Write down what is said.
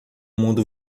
mundo